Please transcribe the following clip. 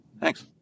Thanks